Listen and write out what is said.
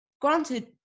granted